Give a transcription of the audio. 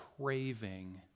craving